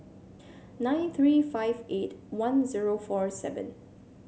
nine three five eight one zero four seven